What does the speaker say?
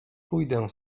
pójdę